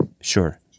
Sure